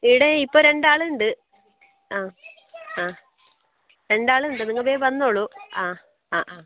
ഇവിടെ ഇപ്പോൾ രണ്ടാളുണ്ട് ആ ആ രണ്ടാളുണ്ട് നിങ്ങൾ വേഗം വന്നോളൂ ആ ആ ആ